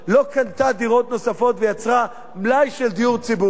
לא קנתה דירות נוספות ויצרה מלאי של דיור ציבורי.